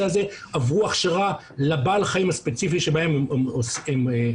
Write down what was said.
הזה עברו הכשרה לבעל החיים הספציפי שבו הם מתעסקים.